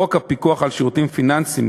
בחוק הפיקוח על שירותים פיננסיים